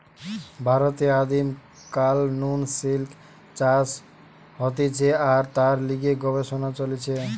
ভারতে আদিম কাল নু সিল্ক চাষ হতিছে আর তার লিগে গবেষণা চলিছে